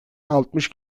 altmış